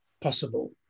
possible